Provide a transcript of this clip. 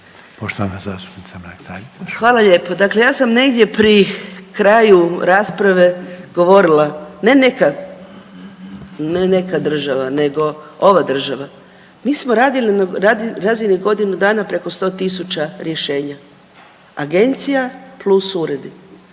Anka (GLAS)** Hvala lijepo. Dakle, ja sam negdje pri kraju rasprave govorila, ne neka država nego ova država. Mi smo razini godinu dana preko 100.000 rješenja agencija plus uredi.